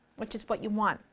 which is what you want.